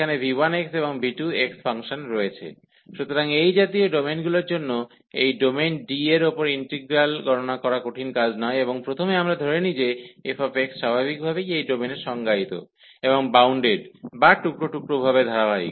∬DfxydAabv1v2fxydydx সুতরাং এই জাতীয় ডোমেনগুলির জন্যও এই ডোমেন D এর উপর ইন্টিগ্রাল গণনা করা কঠিন কাজ নয় এবং প্রথমে আমরা ধরে নিই যে এই f স্বাভাবিকভাবেই এই ডোমেনে সংজ্ঞায়িত এবং বাউন্ডেড বা টুকরো টুকরো ভাবে ধারাবাহিক